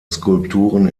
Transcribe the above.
skulpturen